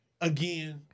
again